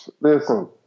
Listen